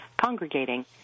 congregating